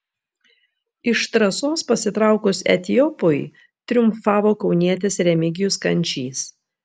iš trasos pasitraukus etiopui triumfavo kaunietis remigijus kančys